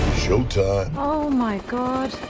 showtime! oh, my god!